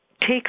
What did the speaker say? take